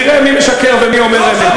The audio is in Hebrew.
ותראה מי משקר ומי אומר אמת.